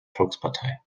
volkspartei